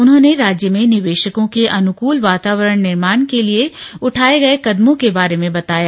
उन्होंने राज्य में निवेशकों के अनुकूल वातावरण निर्माण के लिए उठाए गए कदमों के बारे में बताया